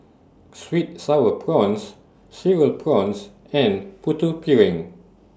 Sweet Sour Prawns Cereal Prawns and Putu Piring